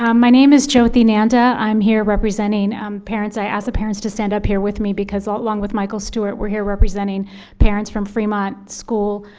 um my name is jyoti nanda. i'm here representing um parents. i asked the parents to stand up here with me because along with michael stewart, we're here representing parents from fremont school,